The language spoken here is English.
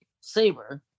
Saber